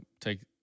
take